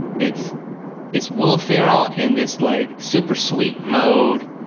it's it's will ferrell in this like super sweet mode,